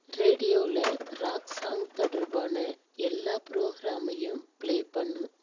ரேடியோவில் rock song தொடர்பான எல்லா ப்ரோக்ராமையும் ப்ளே பண்ணு